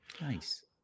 Nice